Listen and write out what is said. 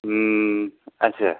अच्छा